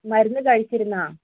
മരുന്ന് കഴിച്ചിരുന്നോ